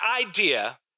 idea